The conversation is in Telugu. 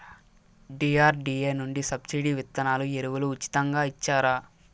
డి.ఆర్.డి.ఎ నుండి సబ్సిడి విత్తనాలు ఎరువులు ఉచితంగా ఇచ్చారా?